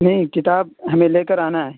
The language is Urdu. نہیں کتاب ہمیں لے کر آنا ہے